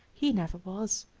he never was.